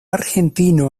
argentino